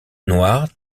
noir